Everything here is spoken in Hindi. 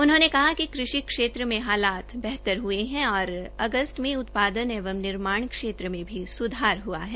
उन्होंने कहा कि कृषि क्षेत्र में हालात बेहतर हुए है और अगस्त में उत्पादन एवं निर्माण क्षेत्र में भी स्धार हआ है